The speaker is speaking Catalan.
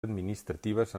administratives